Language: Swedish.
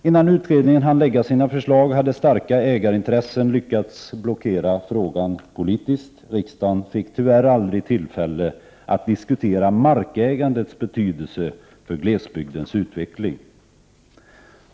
Innan utredningen hann framlägga sina förslag hade starka ägarintressen lyckats blockera frågan politiskt. Riksdagen fick tyvärr aldrig tillfälle att diskutera markägandets betydelse för glesbygdens utveckling.